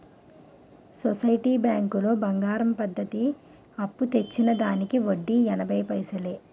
society బ్యాంకులో బంగారం పద్ధతి అప్పు తెచ్చిన దానికి వడ్డీ ఎనభై పైసలే